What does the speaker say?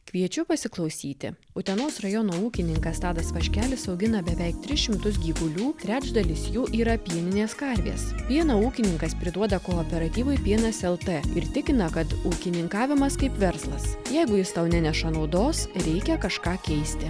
kviečiu pasiklausyti utenos rajono ūkininkas tadas vaškelis augina beveik tris šimtus gyvulių trečdalis jų yra pieninės karvės pieną ūkininkas priduoda kooperatyvui pienas lt ir tikina kad ūkininkavimas kaip verslas jeigu jis tau neneša naudos reikia kažką keisti